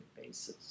basis